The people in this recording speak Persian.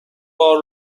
بار